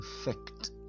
effect